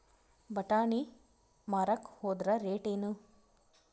ಬಟಾನಿ ಮಾರಾಕ್ ಹೋದರ ರೇಟೇನು?